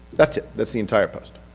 that's it. that's the entire post.